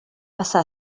passar